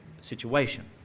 situation